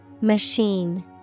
Machine